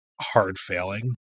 hard-failing